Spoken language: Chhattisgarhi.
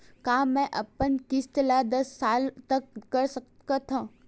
का मैं अपन किस्त ला दस साल तक कर सकत हव?